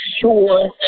sure